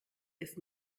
ist